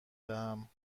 دهم